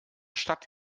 stadt